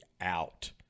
out